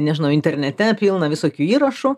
nežinau internete pilna visokių įrašų